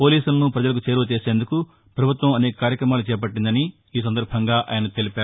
పోలీసులను ప్రజలకు చేరువ చేసేందుకు ప్రభుత్వం అనేక కార్యక్రమాలు చేపట్టిందని తెలిపారు